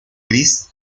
gris